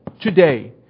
today